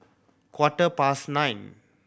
quarter past nine